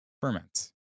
ferments